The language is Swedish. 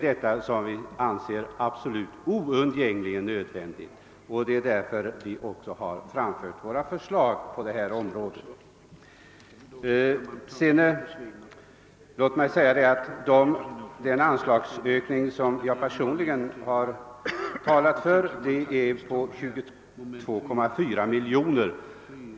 Vad vi föreslagit är sådant som vi anser oundgängligen nödvändigt. Den anslagsökning som jag personligen har talat för är på 22,4 miljoner.